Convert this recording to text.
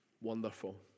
Wonderful